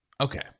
Okay